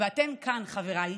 ואתם כאן, חבריי,